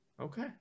Okay